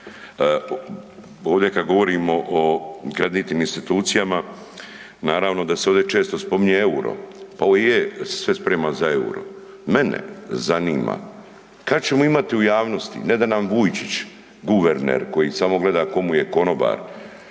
Ovdje kada govorimo o kreditnim institucijama, naravno da se ovdje često spominje euro, pa ovo je sve sprema za euro. Mene zanima kada ćemo imati u javnosti, ne da nam Vujčić guverner koji samo gleda tko mu je konobar